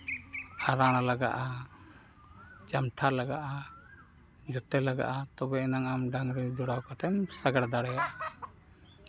ᱟᱬᱟᱨ ᱞᱟᱜᱟᱜᱼᱟ ᱪᱟᱢᱴᱷᱟ ᱞᱟᱜᱟᱜᱼᱟ ᱡᱮᱛᱮ ᱞᱟᱜᱟᱜᱼᱟ ᱛᱚᱵᱮ ᱟᱱᱟᱝ ᱰᱟᱝᱨᱤ ᱡᱳᱲᱟᱣ ᱠᱟᱛᱮᱢ ᱥᱟᱸᱜᱟᱲ ᱫᱟᱲᱮᱭᱟᱜᱼᱟ